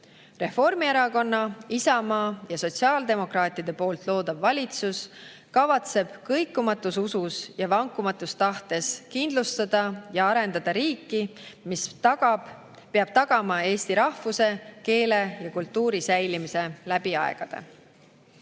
Reformierakonna, Isamaa ja sotsiaaldemokraatide loodav valitsus kavatseb kõikumatus usus ja vankumatus tahtes kindlustada ja arendada riiki, mis peab tagama eesti rahvuse, keele ja kultuuri säilimise läbi aegade. Head